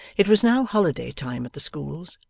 it was now holiday-time at the schools,